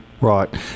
Right